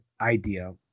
idea